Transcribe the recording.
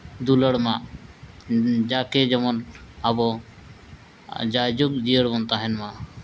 ᱫᱩᱞᱟᱹᱲᱢᱟ ᱡᱟᱠᱮ ᱡᱮᱢᱚᱱ ᱟᱵᱚ ᱡᱟᱭ ᱡᱩᱜᱽ ᱡᱤᱭᱟᱹᱲ ᱵᱚᱱ ᱛᱟᱦᱮᱱ ᱢᱟ